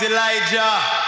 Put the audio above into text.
Elijah